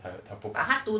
还有他不敢